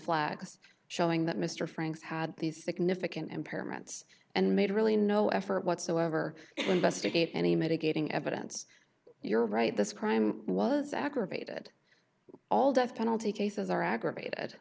flags showing that mr franks had these significant impairments and made really no effort whatsoever investigate any mitigating evidence you're right this crime was aggravated all death penalty cases are aggravated